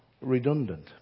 redundant